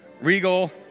regal